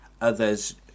others